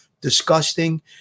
disgusting